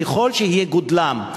ככל שיהיו גדולים,